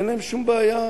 אין להם שום בעיה,